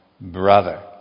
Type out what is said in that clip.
brother